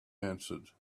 answered